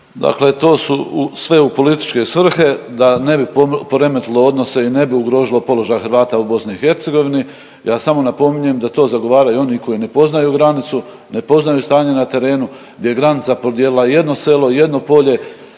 Dakle to su u sve u političke svrhe da ne bi poremetilo odnose i ne bi ugrožilo položaj Hrvata u BiH, ja samo napominjem da to zagovaraju oni koji ne poznaju granicu, ne poznaju stanje na terenu, gdje je granica podijelila jedno selo i jedno polje,